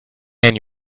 and